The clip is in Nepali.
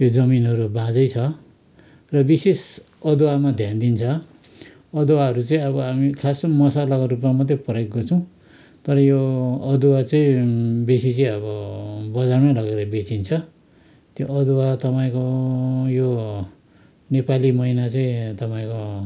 त्यो जमिनहरू बाँझै छ र विशेष अदुवामा ध्यान दिन्छ अदुवाहरू चाहिँ अब खास चाहिँ मसलाहरूमा मात्रै प्रयोग गर्छौँ तर यो अदुवा चाहिँ बेसी चाहिँ अब बजारमै लगेर बेचिन्छ त्यो अदुवा तपाईँको यो नेपाली महिना चाहिँ तपाईँको